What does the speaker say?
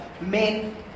men